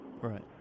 Right